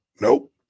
nope